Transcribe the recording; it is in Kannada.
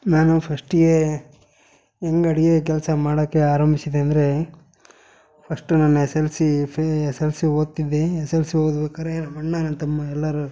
ನಾನು ಫಸ್ಟಿಗೆ ಹೆಂಗ್ ಅಡಿಗೆ ಕೆಲಸ ಮಾಡೋಕೆ ಆರಂಭಿಸಿದೆ ಅಂದರೆ ಫಸ್ಟು ನಾನು ಎಸ್ ಎಲ್ ಸಿ ಫೇ ಎಸ್ ಎಲ್ ಸಿ ಓದ್ತಿದ್ದೆ ಎಸ್ ಎಲ್ ಸಿ ಓದ್ಬೇಕಾರೆ ನಮ್ಮ ಅಣ್ಣ ನನ್ನ ತಮ್ಮ ಎಲ್ಲರೂ